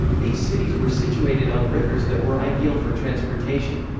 these cities were situated on rivers that were ideal for transportation.